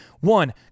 One